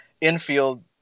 Infield